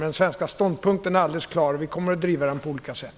Men den svenska ståndpunkten är alldeles klar. Vi kommer att driva den på olika sätt.